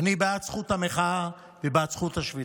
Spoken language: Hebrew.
אני בעד זכות המחאה ובעד זכות השביתה.